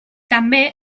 també